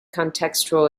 contextual